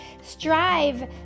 strive